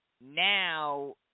now